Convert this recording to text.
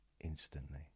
instantly